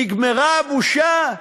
נגמרה הבושה?